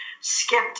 skipped